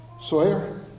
Sawyer